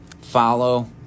follow